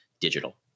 digital